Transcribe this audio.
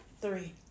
three